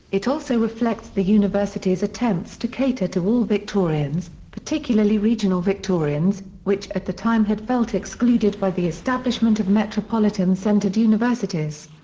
it also reflects the university's attempts to cater to all victorians, particularly regional victorians, which at the time had felt excluded by the establishment of metropolitan-centred universities.